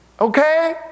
Okay